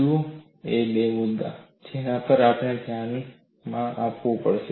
જુઓ બે મુદ્દા છે જેના પર આપણે ધ્યાન આપવું પડશે